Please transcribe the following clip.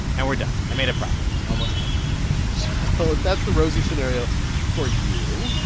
and we're done. i made a profit almost ten bucks so that's the rosy scenario for you.